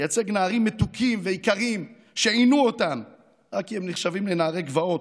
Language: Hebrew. לייצג נערים מתוקים ויקרים שעינו אותם רק כי הם נחשבים לנערי גבעות,